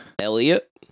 Elliot